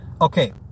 Okay